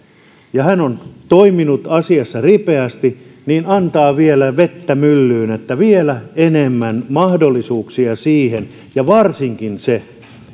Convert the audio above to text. ja hän on toiminut asiassa ripeästi antaa vielä vettä myllyyn että luodaan vielä enemmän mahdollisuuksia ja varsinkin siihen